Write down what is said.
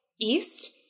east